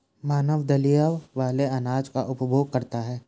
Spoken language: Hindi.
मानव दलिया वाले अनाज का उपभोग करता है